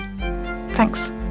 Thanks